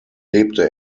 lebte